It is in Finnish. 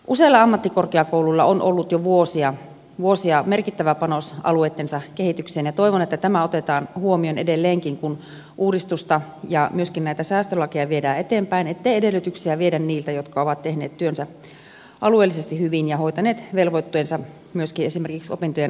usealla ammattikorkeakoululla on ollut jo vuosia merkittävä panos alueittensa kehitykseen ja toivon että tämä otetaan huomioon edelleenkin kun uudistusta ja myöskin näitä säästölakeja viedään eteenpäin ettei edellytyksiä viedä niiltä jotka ovat tehneet työnsä alueellisesti hyvin ja hoitaneet velvoitteensa myöskin esimerkiksi opintojen läpäisevyyden suhteen